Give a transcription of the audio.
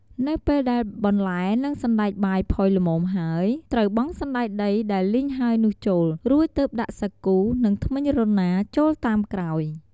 នៅពេលដែលបន្លែ និងសណ្ដែកបាយផុយល្មមហើយ ត្រូវបង់សណ្ដែកដីដែលលីងហើយនោះចូល រួចទើបដាក់សាគូ និងធ្មេញរណាចូលតាមក្រោយ។